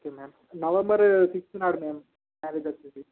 okay ma'am November sixth నాడు ma'am marriage వచ్చేసి